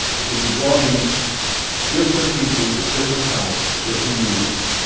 because you brought in different people with different talents for different reasons.